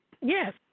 Yes